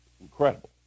incredible